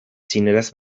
txineraz